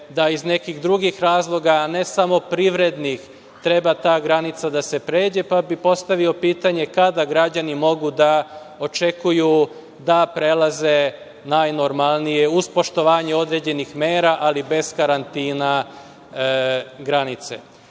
da iz nekih drugih razloga, ne samo privrednih, treba ta granica da se pređe. Pa, postavio bih pitanje, kada građani mogu da očekuju da prelaze najnormalnije, uz poštovanje određenih mera, ali bez karantina granice? Drugo